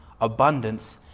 abundance